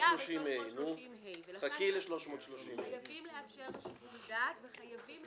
לכן חייבים לאפשר שיקול דעת ---